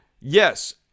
yes